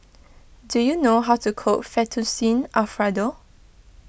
do you know how to cook Fettuccine Alfredo